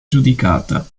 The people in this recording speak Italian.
giudicata